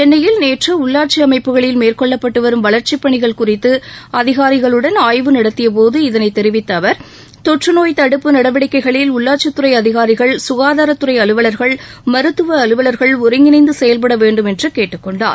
சென்னையில் நேற்று உள்ளாட்சி அமைப்புகளில் மேற்கொள்ளப்பட்டுவரும் வளர்ச்சிப் பணிகள் குறித்து அதிகாரிகளுடன் ஆய்வு நடத்தியபோது இதனைத் தெரிவித்த அவர் தொற்றுநோய் தடுப்பு நடவடிக்கைகளில் உள்ளாட்சித் துறை அதிகாரிகள் ககாதாரத் துறை அலுவலா்கள் மருத்துவ அலுவலா்கள் ஒருங்கிணைந்து செயல்பட வேண்டும் என்று கேட்டுக்கொண்டார்